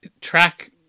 Track